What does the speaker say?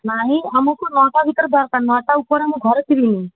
ନାହିଁ ଆମକୁ ନଅଟା ଭିତରେ ଦରକାର ନଅଟା ଉପର ମୁଁ ଘରେ ଥିବି ନି